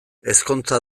ezkontza